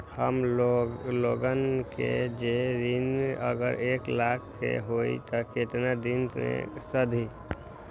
हमन लोगन के जे ऋन अगर एक लाख के होई त केतना दिन मे सधी?